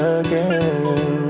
again